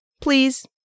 Please